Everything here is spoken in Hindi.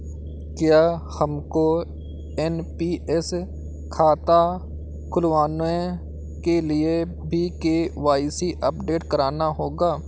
क्या हमको एन.पी.एस खाता खुलवाने के लिए भी के.वाई.सी अपडेट कराना होगा?